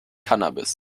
cannabis